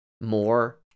more